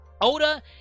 Oda